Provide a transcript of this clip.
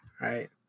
right